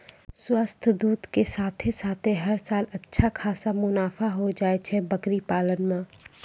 स्वस्थ दूध के साथॅ साथॅ हर साल अच्छा खासा मुनाफा होय जाय छै बकरी पालन मॅ